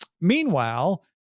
Meanwhile